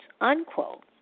unquote